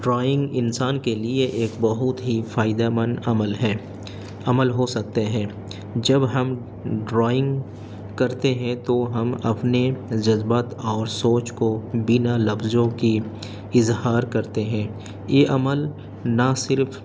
drawing انسان کے لیے ایک بہت ہی فائدہ مند عمل ہے عمل ہو سکتے ہیں جب ہم ڈرائنگ کرتے ہیں تو ہم اپنے جذبات اور سوچ کو بنا لفظوں کی اظہار کرتے ہیں یہ عمل نہ صرف